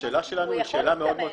השאלה שלנו פשוטה מאוד: